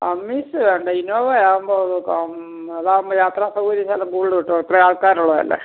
Amaze വേണ്ട Innova ആവുമ്പോൾ അത് അതാവുമ്പം യാത്രാ സൗകര്യങ്ങൾ കൂടുതൽ കിട്ടും അത്ര ആൾക്കാർ ഉള്ളതല്ലേ